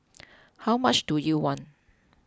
how much do you want